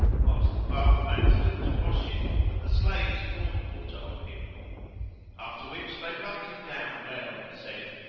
whilst the bathman stood to wash him and the slaves poured water on him after which they rubbed him down well and said,